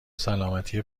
سلامتی